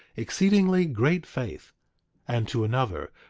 exceedingly great faith and to another,